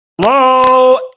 hello